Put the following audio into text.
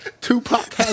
Tupac